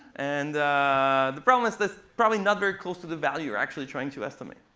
and the problem is that's probably not very close to the value you're actually trying to estimate.